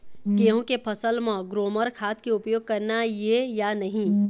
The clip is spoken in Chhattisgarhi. गेहूं के फसल म ग्रोमर खाद के उपयोग करना ये या नहीं?